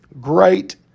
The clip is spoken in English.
great